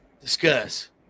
discuss